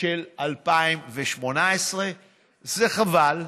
של 2018. זה חבל,